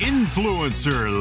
Influencer